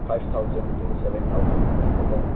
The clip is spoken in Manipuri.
five thousand two seven thousand ꯃꯅꯨꯡꯗꯀꯣ